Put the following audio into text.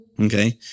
Okay